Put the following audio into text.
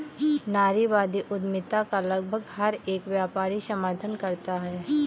नारीवादी उद्यमिता का लगभग हर एक व्यापारी समर्थन करता है